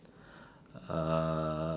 uh